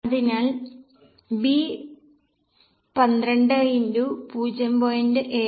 അതിനാൽ B 12 x 0